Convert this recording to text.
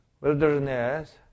wilderness